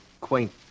quaint